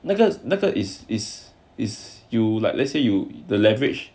那个那个 is is is you like let's say you the leverage as increased leverage